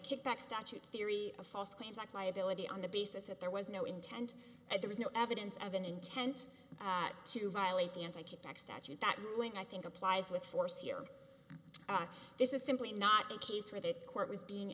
kickback statute theory a false claims act liability on the basis that there was no intent and there is no evidence of an intent to violate the anti kickback statute that when i think applies with force here this is simply not a case where the court was being